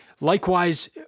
Likewise